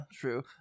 true